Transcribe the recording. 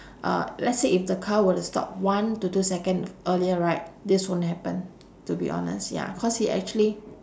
uh let's say if the car were to stop one to two second earlier right this wouldn't happen to be honest ya cause he actually